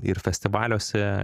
ir festivaliuose